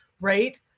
right